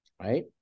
Right